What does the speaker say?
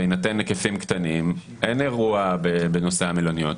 בהינתן היקפים קטנים, אין אירוע בנושא המלוניות.